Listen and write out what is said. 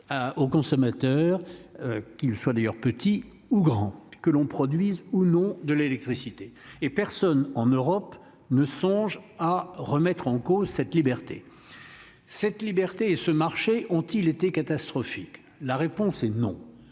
Au consommateur. Qu'il soit d'ailleurs, petits ou grands que l'on produise ou non de l'électricité et personne en Europe ne songe à remettre en cause cette liberté. Cette liberté et ce marché ont-ils été catastrophique. La réponse est non.